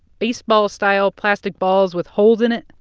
baseball-style plastic balls with holes in it?